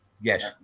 yes